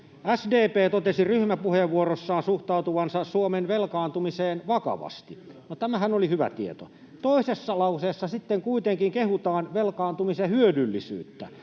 SDP totesi ryhmäpuheenvuorossaan suhtautuvansa Suomen velkaantumiseen vakavasti. No, tämähän oli hyvä tieto. Toisessa lauseessa sitten kuitenkin kehutaan velkaantumisen hyödyllisyyttä.